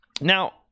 now